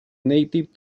native